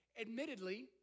admittedly